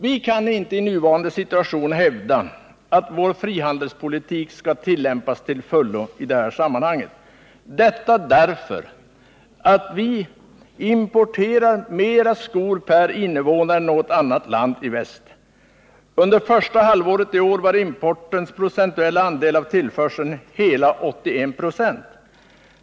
Vi kan inte i nuvarande situation hävda att vår frihandelspolitik skall tillämpas till fullo — detta därför att vi importerar mer skor per invånare än något annat land i väst. Under första halvåret i år var importens andel av tillförseln hela 81 96.